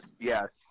Yes